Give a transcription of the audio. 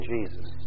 Jesus